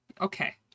Okay